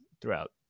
throughout